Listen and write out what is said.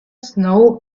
snow